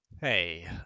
Hey